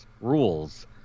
rules